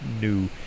new